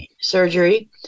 surgery